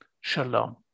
shalom